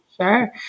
Sure